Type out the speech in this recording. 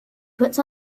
puts